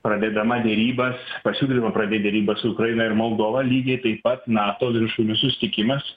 pradėdama derybas pasiūlymą pradėt derybas su ukraina ir moldova lygiai taip pat nato viršūnių susitikimas